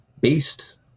based